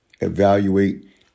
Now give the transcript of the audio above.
evaluate